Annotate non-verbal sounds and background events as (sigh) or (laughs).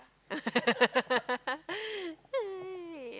(laughs)